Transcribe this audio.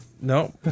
no